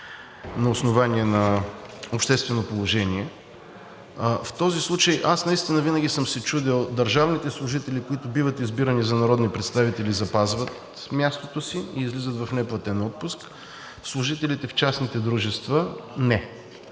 на основание на обществено положение. В този случай аз наистина винаги съм се чудил – държавните служители, които биват избирани за народни представители, запазват мястото си и излизат в неплатен отпуск, служителите в частните дружества – не.